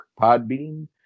Podbean